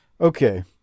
Okay